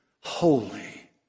holy